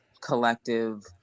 collective